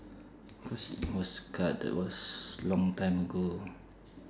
what's was card that was long time ago